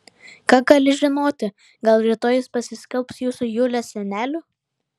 ką gali žinoti gal rytoj jis pasiskelbs jūsų julės seneliu